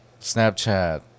Snapchat